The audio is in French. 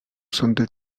centres